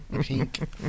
Pink